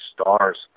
stars